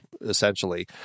essentially